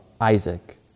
Isaac